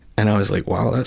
and i was like, wow,